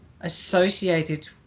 associated